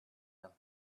him